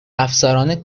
افسران